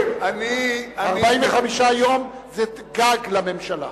45 יום זה גג לממשלה.